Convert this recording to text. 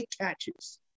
catches